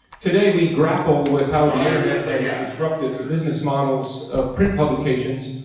today we grapple with how the internet has disrupted the business models of print publications,